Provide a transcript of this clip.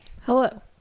hello